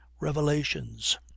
revelations